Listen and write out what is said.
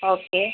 okay